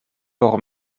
por